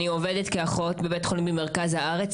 אני עובדת כאחות בבית חולים במרכז הארץ.